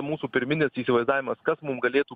mūsų pirminis įsivaizdavimas kas mum galėtų